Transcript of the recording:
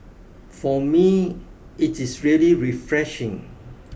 for me it is really refreshing